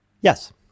Yes